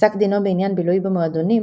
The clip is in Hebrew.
בפסק דינו בעניין בילוי במועדונים,